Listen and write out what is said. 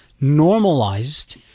normalized